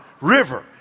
River